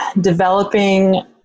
developing